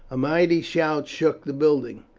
a mighty shout shook the building.